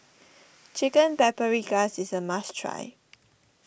Chicken Paprikas is a must try